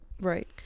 right